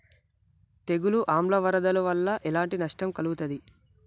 తెగులు ఆమ్ల వరదల వల్ల ఎలాంటి నష్టం కలుగుతది?